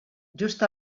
just